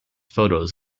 photos